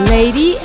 Lady